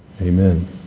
Amen